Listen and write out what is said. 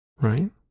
right